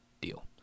deal